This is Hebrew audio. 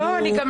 אני אמרתי